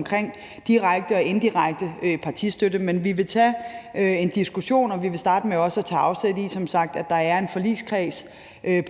omkring direkte og indirekte partistøtte. Men vi vil tage en diskussion, og vi vil som sagt starte med også at tage afsæt i, at der er en forligskreds